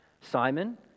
Simon